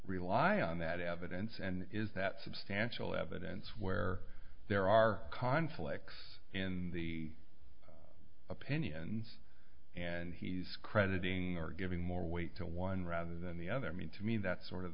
rely on that evidence and is that substantial evidence where there are conflicts in the opinions and he's crediting or giving more weight to one rather than the other means i mean that sort of